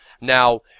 Now